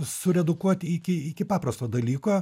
suredukuoti iki iki paprasto dalyko